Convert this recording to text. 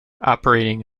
operating